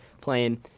playing